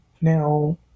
Now